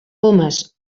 pomes